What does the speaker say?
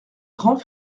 grand